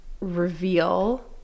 reveal